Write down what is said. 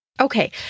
Okay